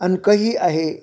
अनकही आहे